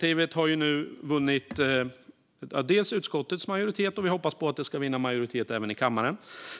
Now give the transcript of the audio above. Det har nu vunnit utskottets majoritet, och vi hoppas att det ska vinna majoritet även i kammaren.